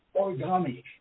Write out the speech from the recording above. origami